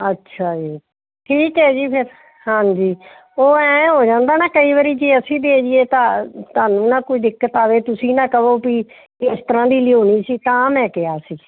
ਅੱਛਾ ਜੀ ਠੀਕ ਆ ਜੀ ਫਿਰ ਹਾਂਜੀ ਉਹ ਐਂਉਂ ਹੋ ਜਾਂਦਾ ਨਾ ਕਈ ਵਾਰੀ ਜੇ ਅਸੀਂ ਦੇ ਜਾਈਏ ਤਾਂ ਤੁਹਾਨੂੰ ਨਾ ਕੋਈ ਦਿੱਕਤ ਆਵੇ ਤੁਸੀਂ ਨਾ ਕਹੋ ਵੀ ਇਸ ਤਰ੍ਹਾਂ ਦੀ ਲਿਆਉਣੀ ਸੀ ਤਾਂ ਮੈਂ ਕਿਹਾ ਸੀ